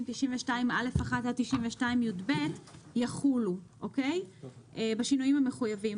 92(א)(1) עד 29(יב) יחולו בשינויים המחויבים,